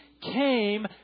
came